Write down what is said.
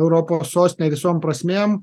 europos sostinė visom prasmėm